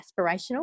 aspirational